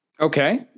Okay